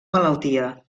malaltia